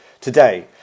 today